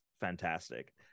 fantastic